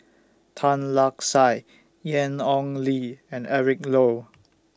Tan Lark Sye Ian Ong Li and Eric Low